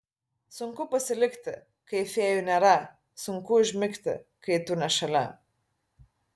sunku pasilikti kai fėjų nėra sunku užmigti kai tu ne šalia